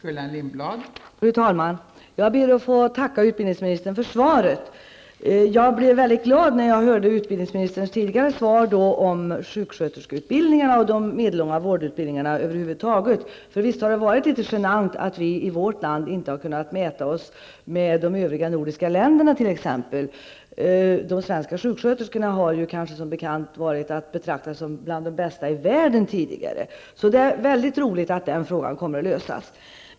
Fru talman! Jag ber att få tacka utbildningsministern för svaret. Jag blev väldigt glad när jag hörde det svar som utbildningsministern lämnade tidigare om sjuksköterskeutbildningarna och de medellånga vårdutbildningarna. Visst har det varit litet genant att vi i vårt land inte har kunnat mäta oss med t.ex. de övriga nordiska länderna? De svenska sjuksköterskorna har ju som bekant tidigare betraktats som de bästa i världen. Det är väldigt roligt att den frågan kommer att lösas.